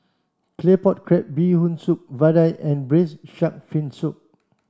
Claypot Crab Bee Hoon Soup Vadai and braised shark fin soup